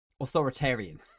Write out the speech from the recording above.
Authoritarian